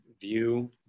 view